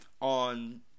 on